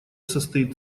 состоит